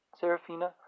Serafina